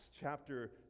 chapter